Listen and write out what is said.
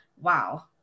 wow